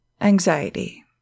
Anxiety